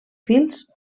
fils